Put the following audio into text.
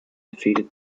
defeated